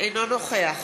אינו נוכח